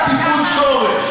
רק טיפול שורש.